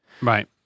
Right